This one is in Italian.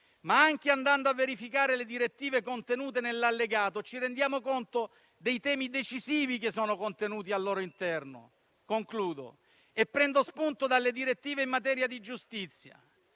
Anche andando a verificare le direttive contenute nell'allegato, ci rendiamo conto dei temi decisivi che sono contenuti al loro interno. Prendo spunto dalle direttive in materia di giustizia: